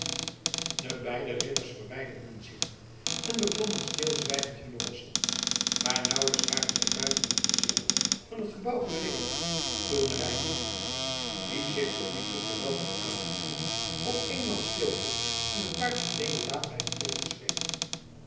de beide ridders verwijderden zich nu en beklommen stilzwijgend hunne rossen maar nauwelijks waren zij buiten het gezicht van het gebouw gereden toen reinout die zich tot nog toe geweld had aangedaan op eenmaal stilhield en het paard van deodaat bij de teugels